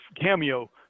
cameo